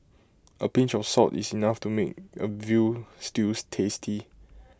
A pinch of salt is enough to make A Veal Stews tasty